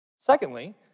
Secondly